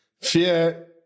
Fear